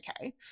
okay